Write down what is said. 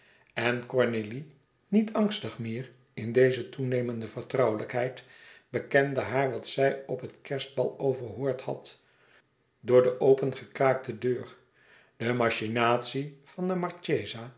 en cornélie niet angstig meer in deze toenemende vertrouwelijkheid bekende haar wat zij op het kerstbal overhoord had door de opengekraakte deur de machinatie van de